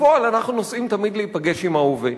בפועל אנחנו נוסעים תמיד להיפגש עם ההווה,